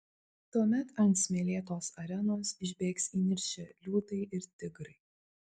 tuomet ant smėlėtos arenos išbėgs įniršę liūtai ir tigrai